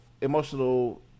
emotional